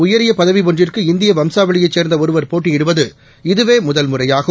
உயரியபதவிஒன்றுக்கு அந்நாட்டில் இந்தியவம்சாவளியைச் சேர்ந்தஒருவர் போட்டியிடுவது இதுவேமுதல்முறையாகும்